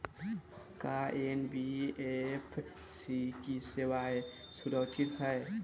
का एन.बी.एफ.सी की सेवायें सुरक्षित है?